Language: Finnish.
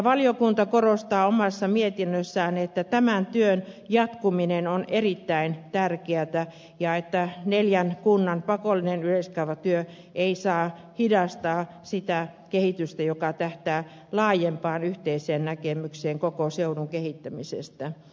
valiokunta korostaa omassa mietinnössään että tämän työn jatkuminen on erittäin tärkeätä ja että neljän kunnan pakollinen yleiskaavatyö ei saa hidastaa sitä kehitystä joka tähtää laajempaan yhteiseen näkemykseen koko seudun kehittämisestä